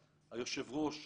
היושב-ראש,